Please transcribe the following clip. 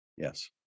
yes